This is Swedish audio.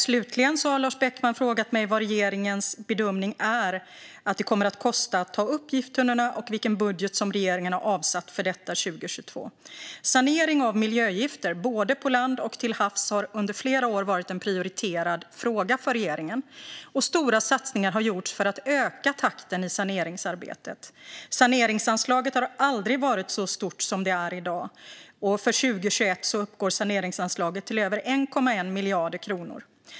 Slutligen har Lars Beckman frågat mig vad regeringen bedömer att det kommer att kosta att ta upp gifttunnorna och vilken budget som regeringen har avsatt för detta 2022. Sanering av miljögifter både på land och till havs har under flera år varit en prioriterad fråga för regeringen, och stora satsningar har gjorts för att öka takten i saneringsarbetet. Saneringsanslaget har aldrig varit så stort som det är i dag. För 2021 uppgår saneringsanslaget till över 1,1 miljarder kronor.